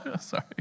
Sorry